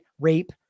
rape